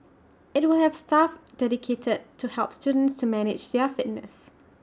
IT will have staff dedicated to help students manage their fitness